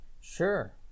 Sure